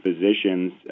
physicians